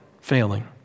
failing